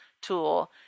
tool